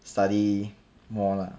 study more lah